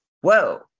whoa